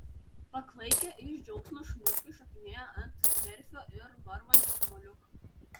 paklaikę iš džiaugsmo šuniukai šokinėjo ant merfio ir varvančio kamuoliuko